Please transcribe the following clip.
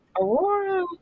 Aurora